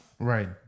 Right